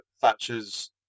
Thatcher's